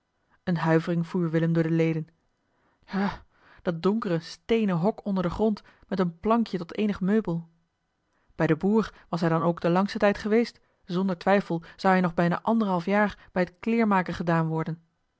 een huivering voer willem door de leden hu dat donkere steenen hok onder den grond met een plankje tot eenig meubel bij den boer was hij dan ook den langsten tijd geweest zonder twijfel zou hij nog bijna anderhalf jaar bij het kleermaken gedaan worden